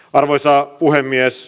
arvoisa puhemies